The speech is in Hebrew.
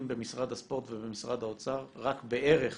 במשרד הספורט ובמשרד האוצר רק בערך